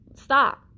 stop